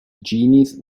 genies